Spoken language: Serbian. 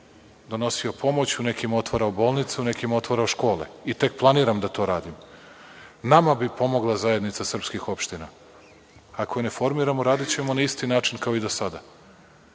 donosio pomoć, u nekima otvarao bolnice, u nekima otvarao škole i tek planiram da to radim. Nama bi pomogla zajednica srpskih opština. Ako je ne formiramo, radićemo na isti način kao i do sada.